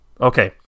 Okay